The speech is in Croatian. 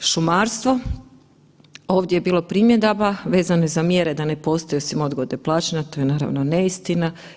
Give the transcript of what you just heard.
Šumarstvo, ovdje je bilo primjedaba vezano za mjere da ne postoje svima odgode plaćanja, to je naravno neistina.